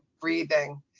breathing